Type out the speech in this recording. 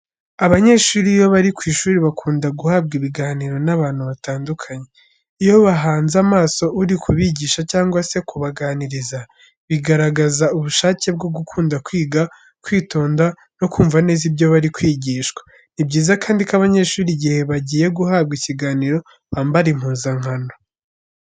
Abanyeshuri iyo bari ku ishuri bakunda guhabwa ibiganiro n'abantu batandukanye. Iyo bahanze amaso uri kubigisha cyangwa se kubaganiriza, bigaragaza ubushake bwo gukunda kwiga, kwitonda, no kumva neza ibyo bari kwigishwa. Ni byiza kandi ko abanyeshuri igihe bagiye guhabwa ikiganiro bambara impuzankano.